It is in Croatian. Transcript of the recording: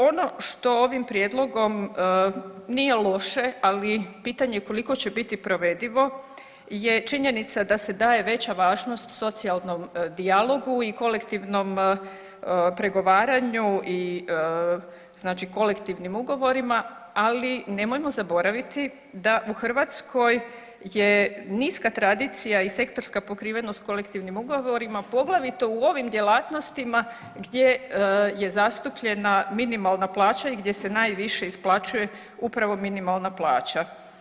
Ono što ovim prijedlogom nije loše, ali pitanje koliko će biti provedivo je činjenica da se daje veća važnost socijalnom dijalogu i kolektivnom pregovaranju i znači kolektivnim ugovorima, ali nemojmo zaboraviti da u Hrvatskoj je niska tradicija i sektorska pokrivenost kolektivnim ugovorima poglavito u ovim djelatnostima gdje je zastupljena minimalna plaća i gdje se najviše isplaćuje upravo minimalna plaća.